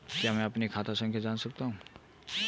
क्या मैं अपनी खाता संख्या जान सकता हूँ?